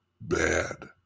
bad